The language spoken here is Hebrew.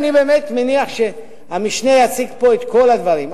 אני מניח שהמשנה יציג את כל הדברים,